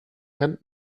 kann